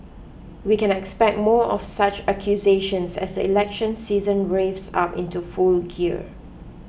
we can expect more of such accusations as the election season revs up into full gear